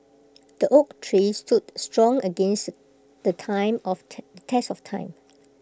the oak tree stood strong against the time of test of time